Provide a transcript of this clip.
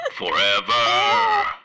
Forever